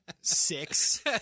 Six